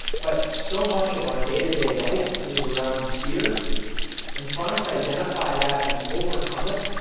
but, so much of our day-to-day life is around fear and trying to identify that and overcome it,